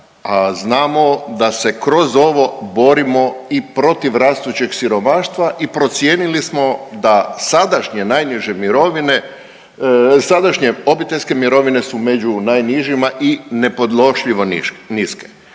znamo da se kroz ovo borimo i protiv rastućeg siromaštva i procijenili smo da sadašnje najniže mirovine, sadašnje obiteljske mirovine su među najnižima i nepodnošljivo niske.